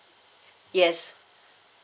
yes